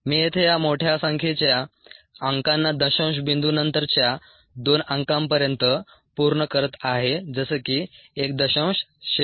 मी येथे या मोठ्या संख्येच्या अंकांना दशांश बिंदू नंतरच्या दोन अंकांपर्यंत पूर्ण करत आहे जसे की 1